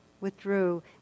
withdrew